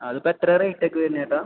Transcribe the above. അതിപ്പോൾ എത്ര റേറ്റൊക്കെ വരുന്നേട്ടാ